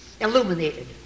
illuminated